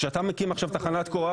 כשאתה מקים עכשיו תחנת כוח,